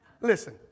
Listen